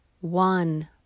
one